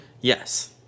Yes